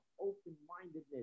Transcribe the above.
open-mindedness